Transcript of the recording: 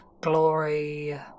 Glory